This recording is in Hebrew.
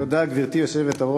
תודה, גברתי היושבת-ראש.